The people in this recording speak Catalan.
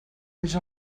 peix